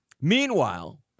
Meanwhile